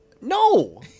No